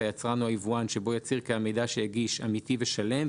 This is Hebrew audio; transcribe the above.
היצרן או היבואן שבו יצהיר כי המידע שהגיש אמיתי ושלם,